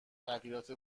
تغییرات